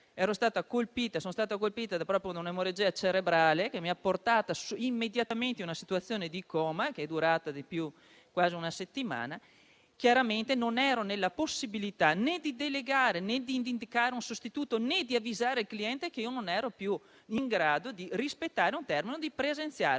ero stata colpita da un'emorragia cerebrale che mi ha portata immediatamente in una situazione di coma che è durata quasi una settimana. Chiaramente non avevo la possibilità né di delegare, né di indicare un sostituto, né di avvisare il cliente che non ero più in grado di rispettare un termine o di presenziare